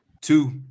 Two